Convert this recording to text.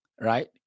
right